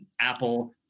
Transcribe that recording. Apple